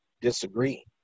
disagree